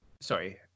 sorry